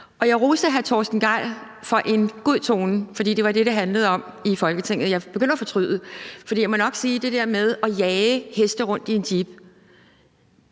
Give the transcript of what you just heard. jeg roste hr. Torsten Gejl for en god tone, for det var det, det handlede om i Folketinget. Jeg begynder at fortryde, for jeg må nok sige til det der med at jage heste rundt i en jeep